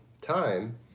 time